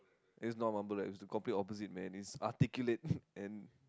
it's not mumble like it was the complete opposite man it's articulate and